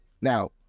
now